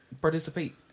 participate